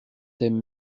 thème